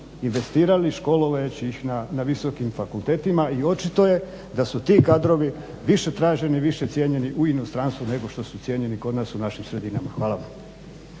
investirali školovajući ih na visokim fakultetima i očito je da su ti kadrovi više traženi, više cijenjeni u inozemstvu nego što su cijenjeni kod nas u našim sredinama. Hvala